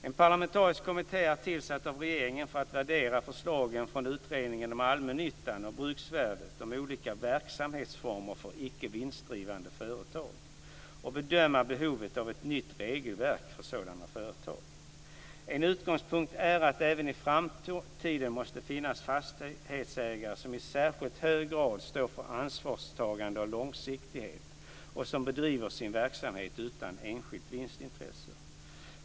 En parlamentarisk kommitté är tillsatt av regeringen för att värdera förslagen från Utredningen om allmännyttan och bruksvärdet om olika verksamhetsformer för icke vinstdrivande företag och bedöma behovet av ett nytt regelverk för sådana företag. En utgångspunkt är att det även i framtiden måste finnas fastighetsägare som i särskilt hög grad står för ansvarstagande och långsiktighet och som bedriver sin verksamhet utan enskilt vinstintresse.